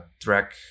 track